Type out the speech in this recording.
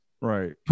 Right